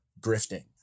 grifting